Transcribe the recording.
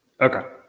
Okay